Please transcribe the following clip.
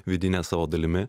vidine savo dalimi